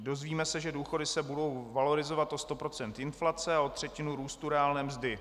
Dozvíme se, že důchody se budou valorizovat o 100 % inflace a o třetinu růstu reálné mzdy.